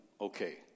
okay